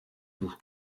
bout